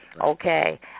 okay